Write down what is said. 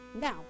now